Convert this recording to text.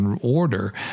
order